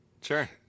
Sure